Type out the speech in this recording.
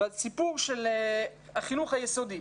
הסיפור של החינוך היסודי,